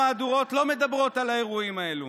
מהדורות החדשות לא מדברות על האירועים האלה,